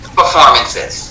performances